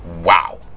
wow